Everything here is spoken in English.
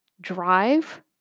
drive